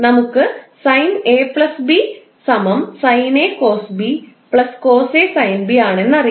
നമുക്ക് sin𝐴 𝐵 sin 𝐴 𝑐𝑜𝑠𝐵 𝑐𝑜𝑠𝐴 𝑠𝑖𝑛 𝐵 ആണെന്നറിയാം